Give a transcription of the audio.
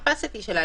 מה הקפסיטי שלה?